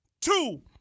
two